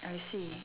I see